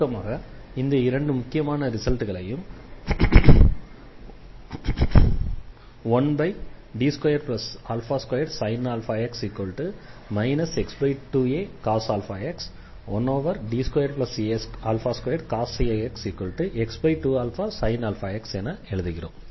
சுருக்கமாக இந்த இரண்டு முக்கியமான ரிசல்ட்களையும் 1D22sin αx x2αcos αx 1D22cos ax x2αsin αx என எழுதுகிறோம்